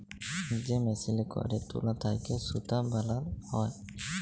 যে মেসিলে ক্যইরে তুলা থ্যাইকে সুতা বালাল হ্যয়